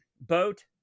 Boat